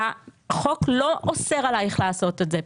כשהחוק לא אוסר עלייך לעשות את זה,